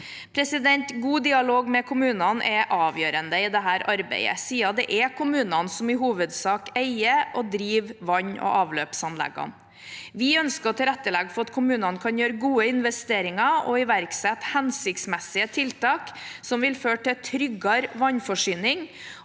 God dialog med kommunene er avgjørende i dette arbeidet, siden det er kommunene som i hovedsak eier og driver vann- og avløpsanleggene. Vi ønsker å tilrettelegge for at kommunene kan gjøre gode investeringer og iverksette hensiktsmessige tiltak som vil føre til tryggere vannforsyning